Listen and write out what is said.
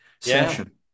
session